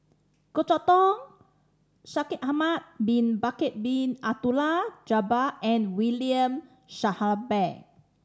Goh Chok Tong Shaikh Ahmad Bin Bakar Bin Abdullah Jabbar and William Shellabear